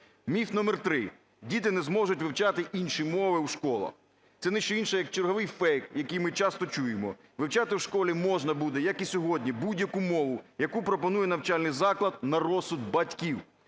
Міф номер три. Діти не зможуть вивчати інші мови у школах. Це не що інше як черговий фейк, який ми часто чуємо. Вивчати в школі можна буде, як і сьогодні, будь-яку мову, яку пропонує навчальний заклад, на розсуд батьків.